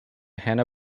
hanna